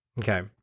Okay